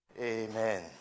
Amen